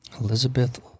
Elizabeth